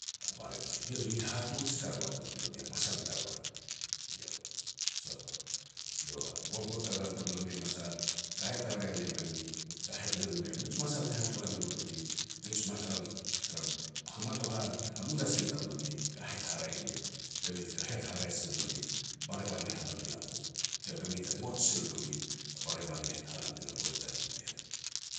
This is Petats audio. A barevan, ien u hihatuj tagoan i tamlomi a masal tagoan, eiau. So iau borbor tagoan tamlomi a masal, kahet haraeh niam e mi, be mi te kahet ne nomi a mij masal te hatuhan e mu lomi, mij masal tara hamatohan, hamunasin tamlomi, kahet haraeh niam. Be mi te kahet haraeh sin no mi a barevan ni han a pinappo, jea bai me te ngot sil no mi a barevan ni han pinapo tariri yen.